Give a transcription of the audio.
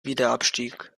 wiederabstieg